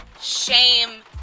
shame